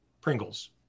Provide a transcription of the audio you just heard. pringles